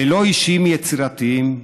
ללא אישים יצירתיים,